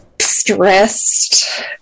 stressed